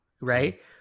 right